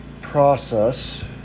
process